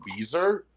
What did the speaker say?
Weezer